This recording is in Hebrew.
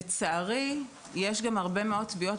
לצערי יש גם הרבה מאוד טביעות,